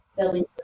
building